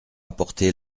apporté